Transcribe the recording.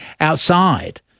outside